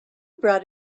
brought